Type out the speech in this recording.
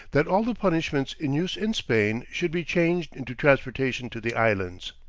that all the punishments in use in spain should be changed into transportation to the islands.